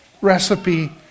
recipe